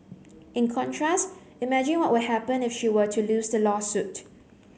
in contrast imagine what would happen if she were to lose the lawsuit